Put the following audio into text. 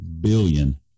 billion